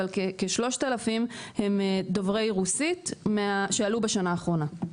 אבל כ-3000 הם דוברי רוסית שעלו בשנה האחרונה,